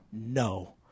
no